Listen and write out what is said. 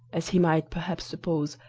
as he might perhaps suppose,